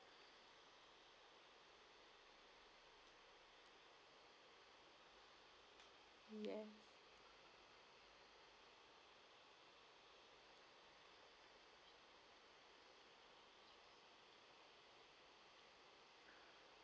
yeah